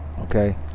Okay